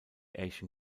asian